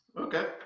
Okay